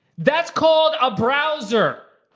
that's called a browser!